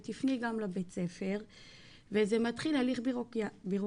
ותפני גם לבית הספר ומתחיל הליך בירוקרטיה,